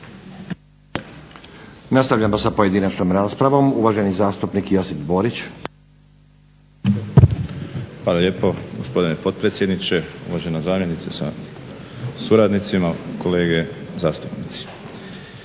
Nastavljamo sa pojedinačnom raspravom. Uvaženi zastupnik Josip Borić. **Borić, Josip (HDZ)** Hvala lijepo gospodine potpredsjedniče, uvažena zamjenice sa suradnicima, kolege zastupnici.